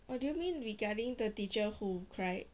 oh do you mean regarding the teacher who cried